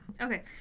Okay